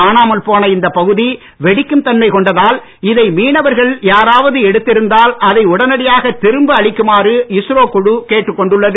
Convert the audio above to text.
காணாமல் போன இந்தப் பகுதி வெடிக்கும் தன்மை கொண்டதால் இத மீனவர்கள் யாராவது எடுத்திருந்தால் அதை உடனடியாக திரும்ப அளிக்குமாறு இஸ்ரோ குழு கேட்டுக்கொண்டுள்ளது